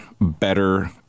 better